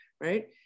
right